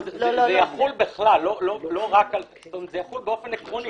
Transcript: זה יחול בכלל, זה יחול באופן עקרוני.